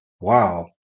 wow